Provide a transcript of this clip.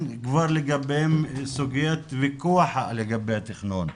כבר לגביהם סוגיית ויכוח לגבי תכנון.